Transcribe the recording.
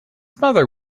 mother